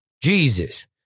Jesus